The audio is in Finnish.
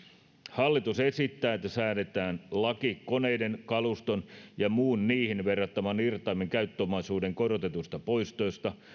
hallitus esittää että säädetään laki koneiden kaluston ja muun niihin verrattavan irtaimen käyttöomaisuuden korotetuista poistoista